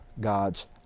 God's